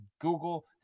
Google